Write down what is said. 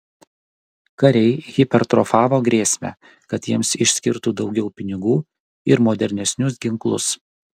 kariai hipertrofavo grėsmę kad jiems išskirtų daugiau pinigų ir modernesnius ginklus